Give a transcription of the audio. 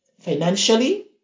financially